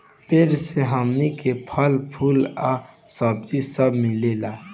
पेड़ से हमनी के फल, फूल आ सब्जी सब मिलेला